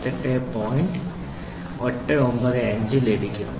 895 നിർമ്മിക്കണം